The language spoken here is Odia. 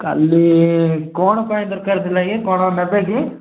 କାଲି କ'ଣ ପାଇଁ ଦରକାର ଥିଲା ଆଜ୍ଞା କ'ଣ ନେବେ କି